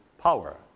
power